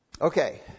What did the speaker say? Okay